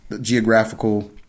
geographical